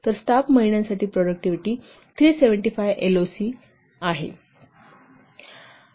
तर स्टाफ महिन्यासाठी productivity 375 LOC आहे